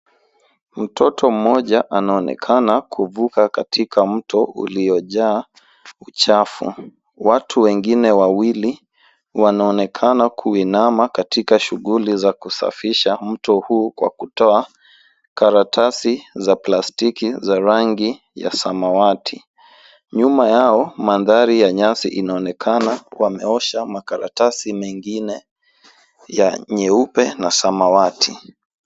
Mtoto mmoja anaonekana kuvuka katika mto uliojaa uchafu. Watu wengine wawili wanaonekana kuinama katika shughuli za kusafisha mto huu kwa kutoa karatasi za plastiki zenye rangi ya samawati . Nyuma yao mandhari ya nyasi inaonekana wameosha makaratasi mengine meupe na ya samawati.